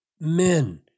men